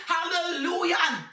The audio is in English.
Hallelujah